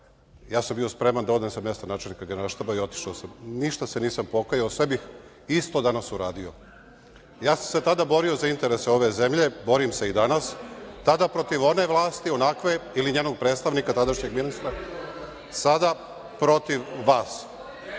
ja sam bio spreman da odem sa mesta načelnika Generalštaba i otišao sam. Nisam se pokajao i sve bih isto danas uradio. Ja sam se tada borio za interese ove zemlje, borim se i danas, tada protiv one vlasti, onakve ili njenog predstavnika tadašnjeg ministra, a sada protiv vas. Ja